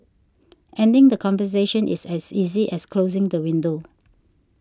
ending the conversation is as easy as closing the window